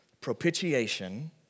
propitiation